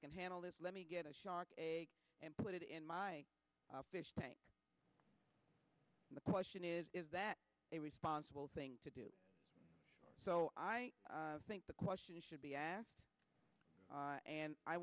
can handle this let me get a shark and put it in my fish tank and the question is is that a responsible thing to do so i think the question should be asked and i